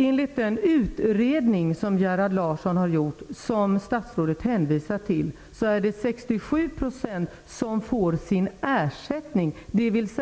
Enligt den utredning som Gerhard Larsson har gjort, vilken statsrådet hänvisade till, är det 67 % som får ersättning, dvs.